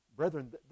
Brethren